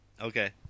Okay